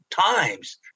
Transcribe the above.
times